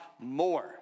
more